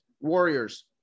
Warriors